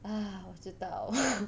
ah 我知道